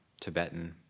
Tibetan